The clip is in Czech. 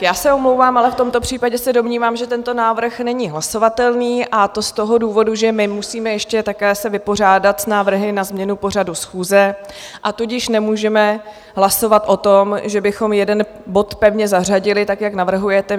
Já se omlouvám, ale v tomto případě se domnívám, že tento návrh není hlasovatelný, a to z toho důvodu, že my se musíme ještě také vypořádat s návrhy na změnu pořadu schůze, a tudíž nemůžeme hlasovat o tom, že bychom jeden bod pevně zařadili tak, jak navrhujete.